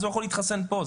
הוא יכול להתחסן פה.